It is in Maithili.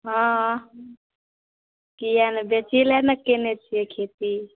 हँ किए नहि बेचही लए ने कयने छियै खेती